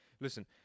Listen